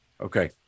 Okay